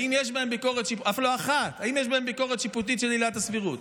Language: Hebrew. האם יש בהן ביקורת שיפוטית של עילת הסבירות?